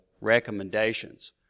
recommendations